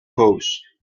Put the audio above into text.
pose